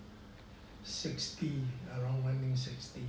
sixty around nineteen sixty